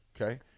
Okay